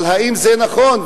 אבל האם זה נכון?